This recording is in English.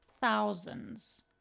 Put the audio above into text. thousands